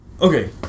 Okay